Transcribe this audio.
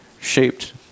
shaped